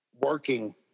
working